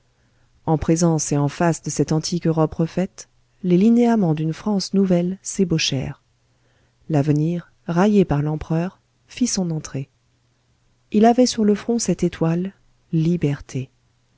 en présence et en face de cette antique europe refaite les linéaments d'une france nouvelle s'ébauchèrent l'avenir raillé par l'empereur fit son entrée il avait sur le front cette étoile liberté